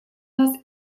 нас